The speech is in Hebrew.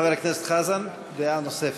חבר הכנסת חזן, דעה נוספת.